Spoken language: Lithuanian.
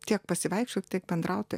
tiek pasivaikščiot tiek bendrauti